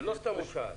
לא סתם הוא שאל.